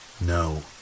no